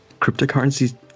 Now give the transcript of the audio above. cryptocurrencies